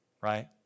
right